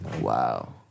Wow